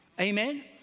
amen